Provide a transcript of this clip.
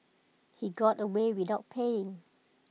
he got away without paying